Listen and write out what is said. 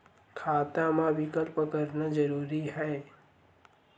खाता मा विकल्प करना जरूरी है?